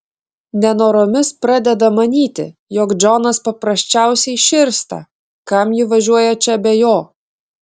nenoromis pradeda manyti jog džonas paprasčiausiai širsta kam ji važiuoja čia be jo